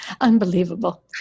Unbelievable